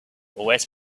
always